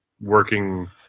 working